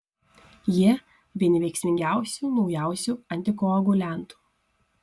jie vieni veiksmingiausių naujausių antikoaguliantų